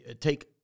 take